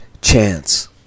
chance